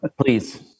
Please